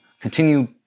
continue